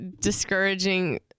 discouraging